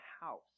house